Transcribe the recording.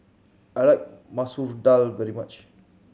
I like Masoor Dal very much